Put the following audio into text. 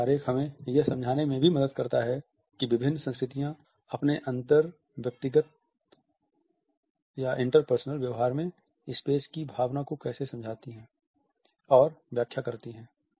यह आरेख हमें यह समझने में भी मदद करता है कि विभिन्न संस्कृतियां अपने अंतर व्यक्तिगत व्यवहार में स्पेस की भावना को कैसे समझती हैं और व्याख्या करती हैं